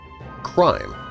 Crime